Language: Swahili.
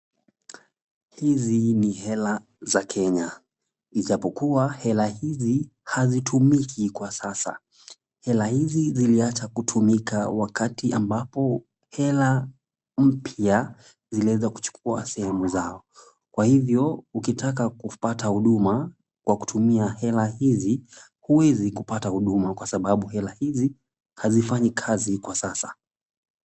Hizi ni hela za Kenya, ijapokuwa hela hizi hazitumiki kwa sasa. Hela hizi ziliacha kutumika wakati ambapo hela mpya ziliweza kuchukua sehemu zao. Kwa hivyo ukitaka kupata huduma kwa kutumia hela hizi huwezi kupata huduma, kwa sababu hela hizi hazifanyi kazi kwa sasa.